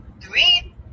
three